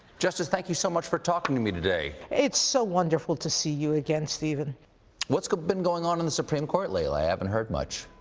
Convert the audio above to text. justice, thank you so much for talking to me today. it's so wonderful to see you again, stephen what's been going on in the supreme court lately? i haven't heard much.